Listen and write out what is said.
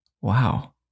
Wow